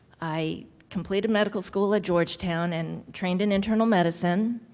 i completed medical school at georgetown and trained in internal medicine.